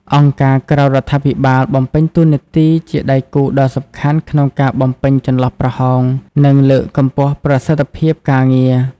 អង្គការក្រៅរដ្ឋាភិបាល បំពេញតួនាទីជាដៃគូដ៏សំខាន់ក្នុងការបំពេញចន្លោះប្រហោង និងលើកកម្ពស់ប្រសិទ្ធភាពការងារ។